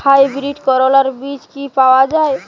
Hybrid করলার বীজ কি পাওয়া যায়?